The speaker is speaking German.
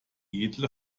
edle